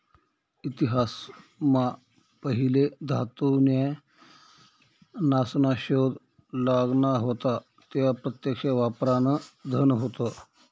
इतिहास मा पहिले धातू न्या नासना शोध लागना व्हता त्या प्रत्यक्ष वापरान धन होत